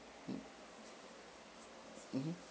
mm mmhmm